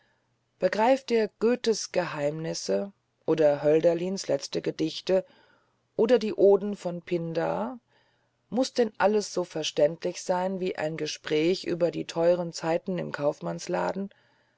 begreift er goethes geheimnisse oder hölderlins letzte gedichte oder die oden von pindar muß denn alles so verständlich sein wie ein gespräch über die teuren zeiten im kaufmannsladen